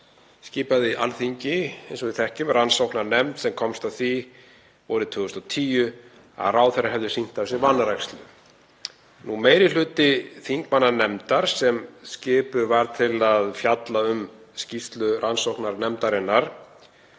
skipaði Alþingi, eins og við þekkjum, rannsóknarnefnd sem komst að því vorið 2010 að ráðherrar hefðu sýnt af sér vanrækslu. Meiri hluti þingmannanefndar, sem skipuð var til að fjalla um skýrslu rannsóknarnefndarinnar,